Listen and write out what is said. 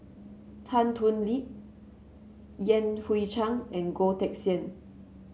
Tan Thoon Lip Yan Hui Chang and Goh Teck Sian